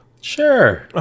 sure